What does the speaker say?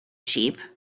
sheep